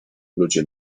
ludzie